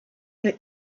her